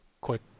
quick